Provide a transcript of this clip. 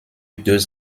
deux